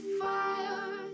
fire